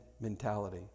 mentality